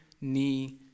knee